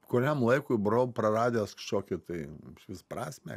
kuriam laikui brau praradęs kažkokį tai išvis prasmę